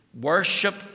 worship